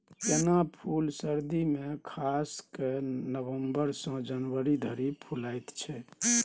गेना फुल सर्दी मे खास कए नबंबर सँ जनवरी धरि फुलाएत छै